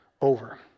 over